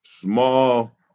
small